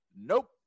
nope